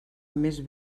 més